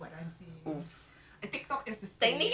macam there's the reputation kan